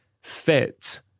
fit